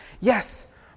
Yes